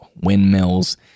windmills